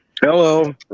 Hello